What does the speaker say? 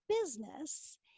business